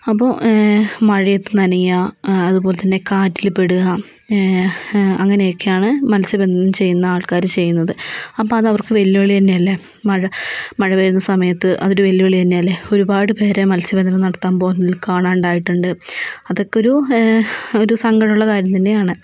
അപ്പോൾ മഴയത്ത് നനയുക് അതുപോലെ തന്നെ കാറ്റില് പെടുക അങ്ങനെയൊക്കെയാണ് മത്സ്യബന്ധനം ചെയ്യുന്ന ആൾക്കാര് ചെയ്യുന്നത് അപ്പോൾ അത് അവർക്ക് വെല്ലുവിളി തന്നെയല്ലെ മഴ മഴ പെയ്യുന്ന സമയത്ത് അതൊരു വെല്ലുവിളി തന്നെയല്ലേ ഒരുപാട് പേരെ മത്സ്യബന്ധനം നടത്താൻ പോകുന്നതിൽ കാണാതായിട്ടുണ്ട് അതൊക്കെ ഒരു ഒരു സങ്കടം ഉള്ള കാര്യം തന്നെയാണ്